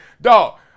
dog